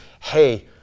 hey